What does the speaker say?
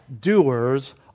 doers